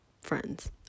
friends